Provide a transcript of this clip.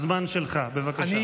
הזמן שלך, בבקשה.